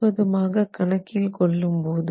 முழுவதுமாக கணக்கில் கொள்ளும்போது